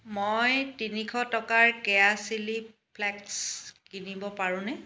মই তিনিশ টকাৰ কেয়া চিলি ফ্লেকছ কিনিব পাৰোঁনে